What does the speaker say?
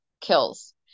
kills